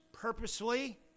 purposely